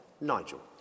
Nigel